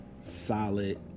solid